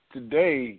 Today